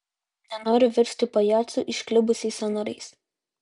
nenoriu virsti pajacu išklibusiais sąnariais